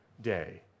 Day